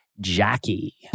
Jackie